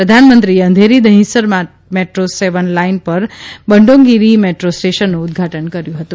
પ્રધાનમંત્રીએ Andheri Dahisar metro seven line પર Bandongri metro સ્ટેશનનું ઉદ્ઘાટન કર્યું હતું